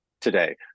Today